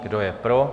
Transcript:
Kdo je pro?